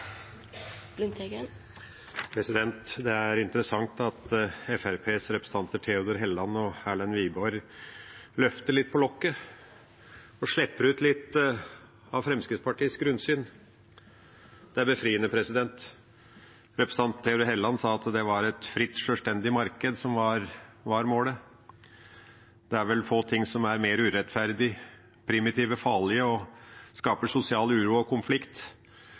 nye. Det er interessant at Fremskrittspartiets representanter Theodor Helland og Erlend Wiborg løfter litt på lokket og slipper ut litt av Fremskrittspartiets grunnsyn. Det er befriende. Representanten Theodor Helland sa at det var et fritt, sjølstendig marked som var målet. Det er vel få ting som er mer urettferdig, mer primitive, farligere og skaper mer sosial uro og konflikt